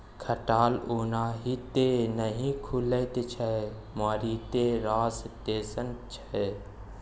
खटाल ओनाहिते नहि खुलैत छै मारिते रास टेंशन छै